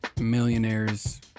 millionaires